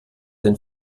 den